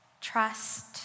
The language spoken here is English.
Trust